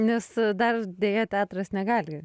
nes dar deja teatras negali